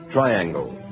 Triangle